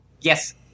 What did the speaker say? Yes